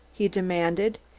he demanded.